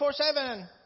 24/7